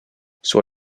sur